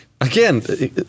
Again